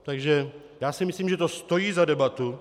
Takže já si myslím, že to stojí za debatu.